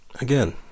Again